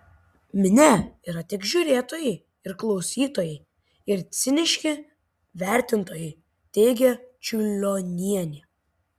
minia yra tik žiūrėtojai ir klausytojai ir ciniški vertintojai teigia čiurlionienė